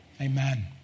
amen